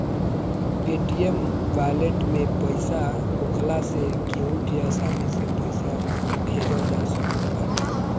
Paytm wallet में पईसा होखला से केहू के आसानी से पईसा भेजल जा सकत बाटे